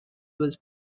was